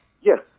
Yes